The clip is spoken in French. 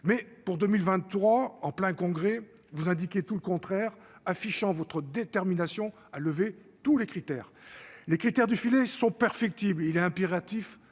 mais pour 2023 en plein congrès vous indiquer tout le contraire, affichant votre détermination à lever tous les critères les critères du filet sont perfectibles, il est impératif